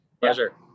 Pleasure